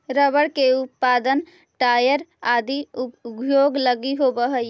rubber के उत्पादन tyre आदि उद्योग लगी होवऽ हइ